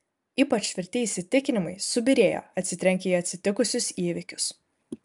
ypač tvirti įsitikinimai subyrėjo atsitrenkę į atsitikusius įvykius